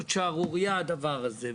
זאת שערורייה הדבר הזה.